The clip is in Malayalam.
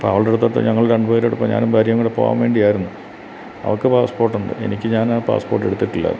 അപ്പം അവളുടെയടുത്തോട്ട് ഞങ്ങൾ രണ്ടുപേരുടെ പൊ ഞാനും ഭാര്യയും കൂടി പോകാൻ വേണ്ടിയായിരുന്നു അവൾക്ക് പാസ്പ്പോട്ടുണ്ട് എനിക്ക് ഞാൻ പാസ്പ്പോട്ടെടുത്തിട്ടില്ല